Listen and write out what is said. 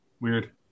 Weird